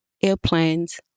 airplanes